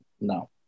No